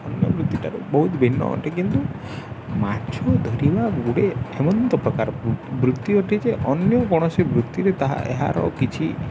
ଅନ୍ୟ ବୃତ୍ତିଠାରୁ ବହୁତ ଭିନ୍ନ ଅଟେ କିନ୍ତୁ ମାଛ ଧରିବା ଗୋଟେ ଏମନ୍ତ ପ୍ରକାର ବୃତ୍ତି ଅଟେ ଯେ ଅନ୍ୟ କୌଣସି ବୃତ୍ତିରେ ତାହା ଏହାର କିଛି